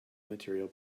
material